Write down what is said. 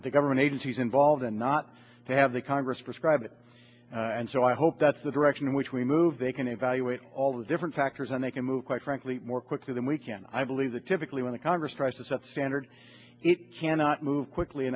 at the government agencies involved and not to have the congress prescribe it and so i hope that's the direction in which we move they can evaluate all the different factors and they can move quite frankly more quickly than we can i believe that typically when the congress tries to set standards it cannot move quickly